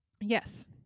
Yes